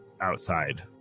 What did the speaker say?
outside